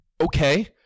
okay